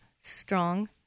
strong